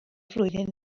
flwyddyn